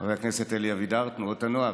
חבר הכנסת אלי אבידר, תנועות הנוער.